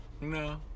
No